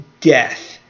death